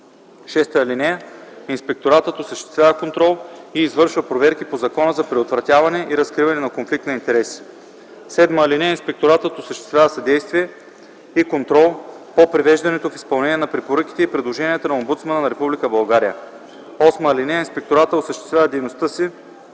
мерки. (6) Инспекторатът осъществява контрол и извършва проверки по Закона за предотвратяване и разкриване на конфликт на интереси. (7) Инспекторатът осъществява съдействие и контрол по привеждането в изпълнение на препоръките и предложенията на омбудсмана на